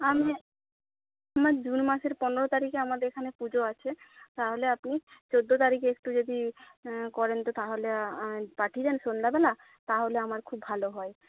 আমি জুন মাসের পনেরো তারিখে আমাদের এখানে পুজো আছে তাহলে আপনি চৌদ্দ তারিখে একটু যদি করেন তো তাহলে পাঠিয়ে দেন সন্ধ্যেবেলা তাহলে আমার খুব ভালো হয়